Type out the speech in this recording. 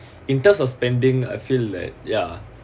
in terms of spending I feel like ya